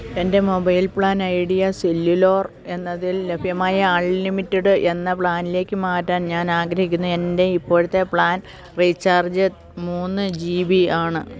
എൻ്റെ mobile plan Idea cellular എന്നതിൽ ലഭ്യമായ അൺലിമിറ്റഡ് എന്ന പ്ലാനിലേക്ക് മാറ്റാൻ ഞാൻ ആഗ്രഹിക്കുന്നു എൻ്റെ ഇപ്പോഴത്തെ പ്ലാൻ റീചാർജ് മൂന്ന് ജി ബി ആണ്